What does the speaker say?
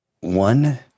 One